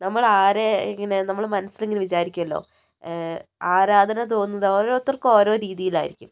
നമ്മൾ ആരെ ഇങ്ങനെ നമ്മൾ മനസ്സിലിങ്ങനെ വിചാരിക്കുന്നു അല്ലോ ആരാധന തോന്നുന്നത് ഓരോരുത്തർക്കും ഓരോ രീതിയിലായിരിക്കും